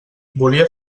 volia